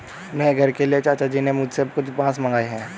नए घर के लिए चाचा जी ने मुझसे कुछ बांस मंगाए हैं